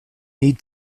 need